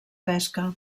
pesca